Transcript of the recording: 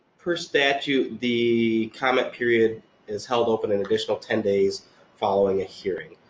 first statute, the comment period is held open an additional ten days following a hearing.